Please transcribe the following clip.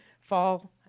fall